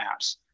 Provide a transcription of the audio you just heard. apps